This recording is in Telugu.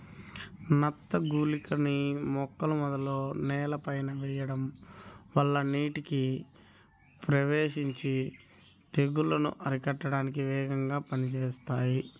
నత్త గుళికలని మొక్కల మొదలు నేలపైన వెయ్యడం వల్ల నీటిలోకి ప్రవేశించి తెగుల్లను అరికట్టడానికి వేగంగా పనిజేత్తాయి